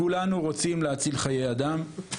כולנו רוצים להציל חיי אדם.